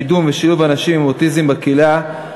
קידום ושילוב אנשים עם אוטיזם בקהילה,